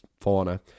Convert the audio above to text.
fauna